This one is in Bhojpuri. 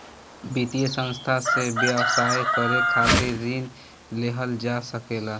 वित्तीय संस्था से व्यवसाय करे खातिर ऋण लेहल जा सकेला